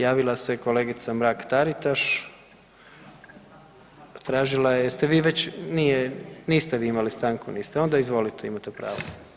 Javila se je kolegica Mrak-Taritaš, tražila je, jeste vi već, nije, niste vi imali stanku, niste, onda izvolite imate pravo.